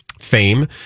fame